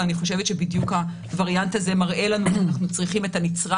אבל אני חושבת שבדיוק הווריאנט הזה מראה לנו שאנחנו צריכים את הנצרה